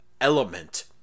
element